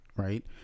Right